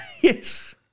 yes